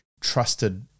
trusted